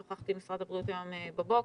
שוחחתי עם משרד הבריאות היום בבוקר,